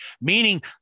meaning